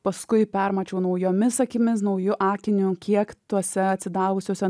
paskui permačiau naujomis akimis nauju akiniu kiek tuose atsidavusiuose